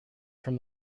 from